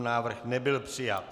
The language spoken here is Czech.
Návrh nebyl přijat.